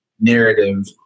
narrative